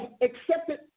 accepted